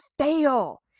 fail